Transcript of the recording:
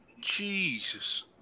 Jesus